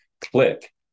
click